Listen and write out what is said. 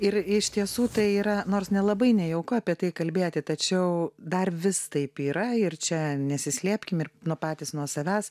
ir iš tiesų tai yra nors nelabai nejauku apie tai kalbėti tačiau dar vis taip yra ir čia nesislėpkim ir nu patys nuo savęs